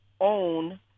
own